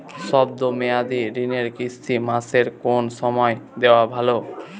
শব্দ মেয়াদি ঋণের কিস্তি মাসের কোন সময় দেওয়া ভালো?